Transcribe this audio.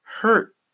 hurt